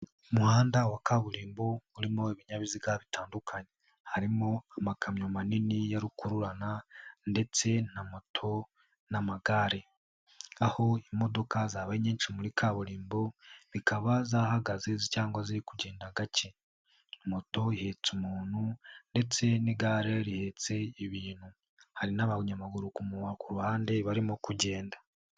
Umuhanda wa kaburimbo urimo ibinyabiziga bitandukanye. Harimo amakamyo manini ya rukururana ndetse na moto n'amagare. Aho imodoka zabaye nyinshi muri kaburimbo zikaba zahagaze cyangwa ziri kugenda gake. Moto ihetse umuntu ndetse n'igare rihetse ibintu. Hari n'abanyamaguru ku mu ku ruhande barimo kugenda.